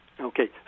Okay